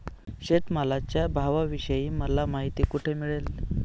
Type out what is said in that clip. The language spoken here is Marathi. शेतमालाच्या भावाविषयी मला माहिती कोठे मिळेल?